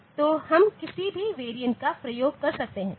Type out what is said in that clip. तो हम किसी भी वेरिएंट का प्रयोग कर सकते हैं